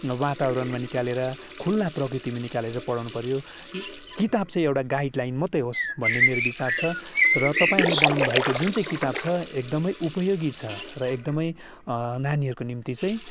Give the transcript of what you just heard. वातावरणमा निकालेर खुल्ला प्रकृतिमा निकालेर चाहिँ पढाउनु पऱ्यो किताब चाहिँ एउटा गाइडलाइन मात्रै होस् भन्ने मेरो विचार छ र तपाईँहरूले बनाउनुभएको जुन चाहिँ किताब छ एकदमै उपयोगी छ र एकदमै नानीहरूको निम्ति चाहिँ